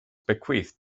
bequeathed